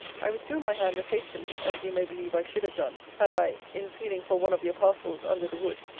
i withdrew my hand as hastily, as you may believe i should have done, had i, in feeling for one of your parcels under the wood,